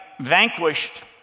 vanquished